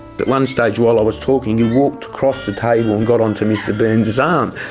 but one stage while i was talking, he walked across the table and got onto mr burns's arm,